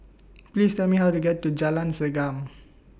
Please Tell Me How to get to Jalan Segam